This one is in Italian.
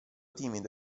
timido